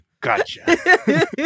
Gotcha